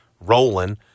rolling